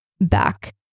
back